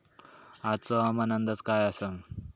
आजचो हवामान अंदाज काय आसा?